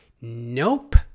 nope